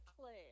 Claire